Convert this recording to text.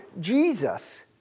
Jesus